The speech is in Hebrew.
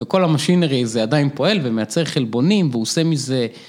‫וכל ה-machinery הזה עדיין פועל ‫ומייצר חלבונים והוא עושה מזה...